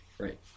Right